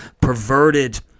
perverted